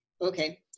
okay